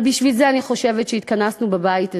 אבל בשביל זה התכנסנו בבית הזה,